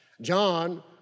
John